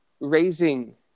raising